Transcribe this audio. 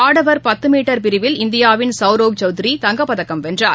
ஆடவர் பத்துமீட்டர் பிரிவில் இந்தியாவின் சௌரவ் சௌத்திரி தங்கப்பதக்கம் வென்றார்